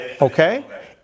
Okay